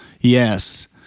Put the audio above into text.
Yes